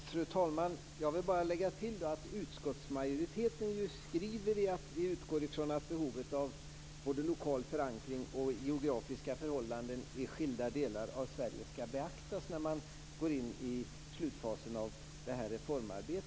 Fru talman! Jag vill bara lägga till att utskottsmajoriteten ju skriver att vi utgår från att behovet av både lokal förankring och geografiska förhållanden i skilda delar av Sverige ska beaktas när man går in i slutfasen av reformarbetet.